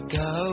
go